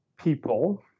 people